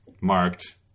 Marked